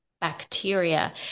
bacteria